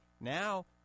Now